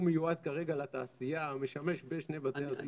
הוא מיועד כרגע לתעשייה, משמש בשני בתי הזיקוק.